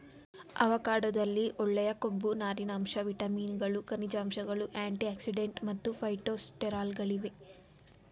ಅವಕಾಡೊದಲ್ಲಿ ಒಳ್ಳೆಯ ಕೊಬ್ಬು ನಾರಿನಾಂಶ ವಿಟಮಿನ್ಗಳು ಖನಿಜಾಂಶಗಳು ಆಂಟಿಆಕ್ಸಿಡೆಂಟ್ ಮತ್ತು ಫೈಟೊಸ್ಟೆರಾಲ್ಗಳಿವೆ